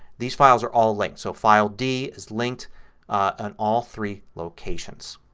these files are all linked. so file d is linked on all three locations.